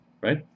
right